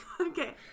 Okay